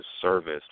service